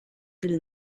del